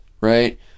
right